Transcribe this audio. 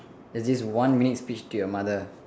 there's this one minute speech to your mother